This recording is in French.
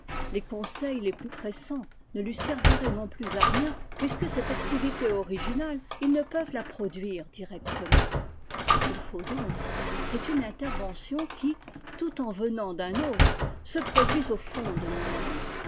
les conseils les plus pressants ne lui serviraient non plus à rien puisque cette activité originale ils ne peuvent la produire directement ce qu'il faut donc c'est une intervention qui tout en venant d'un autre se produise au fond de nous-mêmes